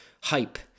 hype